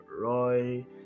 Roy